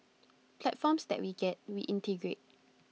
platforms that we get we integrate